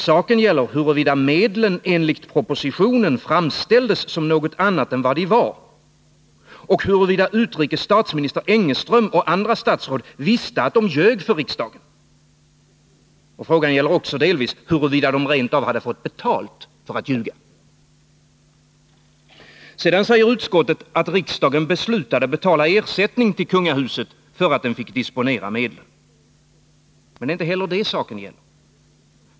Saken gäller huruvida medlen enligt propositionen framställdes som något annat än vad det var och huruvida utrikes statsminister Engeström och andra statsråd visste att de ljög för riksdagen. Frågan gäller också delvis huruvida de rent av fått betalt för att ljuga. Sedan säger utskottet att riksdagen beslutade betala ersättning till kungahuset för att den fick disponera medlen. Men det är inte heller det saken gäller.